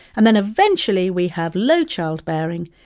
and then eventually, we have low childbearing,